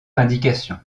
indications